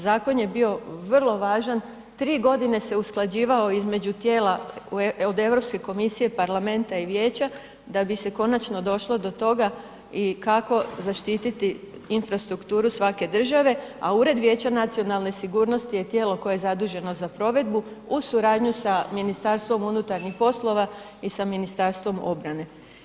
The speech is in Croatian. Zakon je bio vrlo važan, 3 godine se usklađivao između tijela od Europske komisije, parlamenta i vijeća da bi se konačno došlo do toga i kako zaštititi infrastrukturu svake države, a Ured vijeća nacionalne sigurnosti je tijelo koje je zaduženo za provedbu uz suradnju sa MUP-om i sa Ministarstvom obrane.